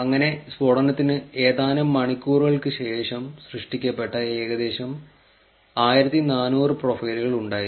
അങ്ങനെ സ്ഫോടനത്തിന് ഏതാനും മണിക്കൂറുകൾക്ക് ശേഷം സൃഷ്ടിക്കപ്പെട്ട ഏകദേശം 1400 പ്രൊഫൈലുകൾ ഉണ്ടായിരുന്നു